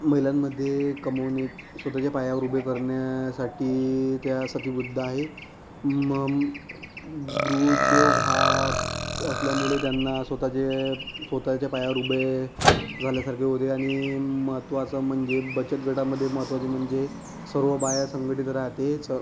महिलांमध्ये कमवणे स्वतःच्या पायावर उभे करण्यासाठी त्या सतीबुद्ध आहे मं गृहउद्योग हा असल्यामुळे त्यांना स्वतःचे स्वतःच्या पायांवर उभे झाल्यासारखे होते आणि महत्त्वाचे म्हणजे बचत गटामध्ये महत्त्वाचे म्हणजे सर्व बाया संघटित राहतेच